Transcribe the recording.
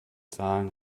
zahlen